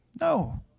No